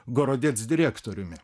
gorodec direktoriumi